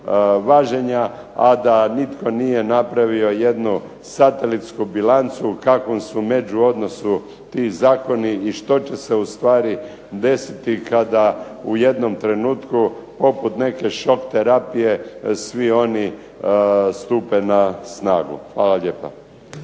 važenja, a da nitko nije napravio satelitsku bilancu u kakvom su međuodnosu ti zakoni i što će se ustvari desiti kada u jednom trenutku poput neke šok terapije svi oni stupe na snagu. Hvala lijepa.